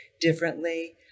differently